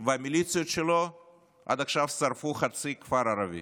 והמיליציות שלו עד עכשיו שרפו חצי כפר ערבי,